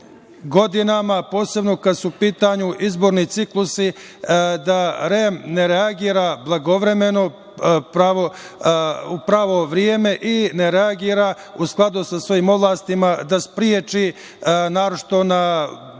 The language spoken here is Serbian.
godinama, posebno kada su u pitanju izborni ciklusi, da REM ne reaguje blagovremeno u pravo vreme i ne reaguje u skladu sa svojim ovlašćenjima da spreči, naročito na regionalnim